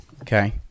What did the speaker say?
Okay